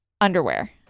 Underwear